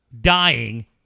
dying